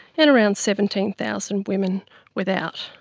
and around seventeen thousand women without.